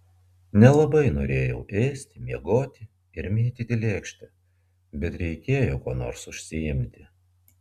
nelabai norėjau ėsti miegoti ir mėtyti lėkštę bet reikėjo kuo nors užsiimti